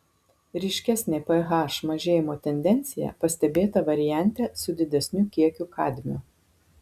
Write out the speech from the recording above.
ryškesnė ph mažėjimo tendencija pastebėta variante su didesniu kiekiu kadmio